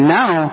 now